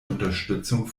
unterstützung